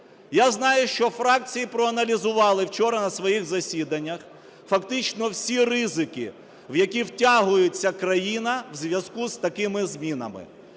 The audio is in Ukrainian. Я знаю, що фракції проаналізували вчора на своїх засіданнях фактично всі ризики, в які втягується країна у зв'язку з такими змінами.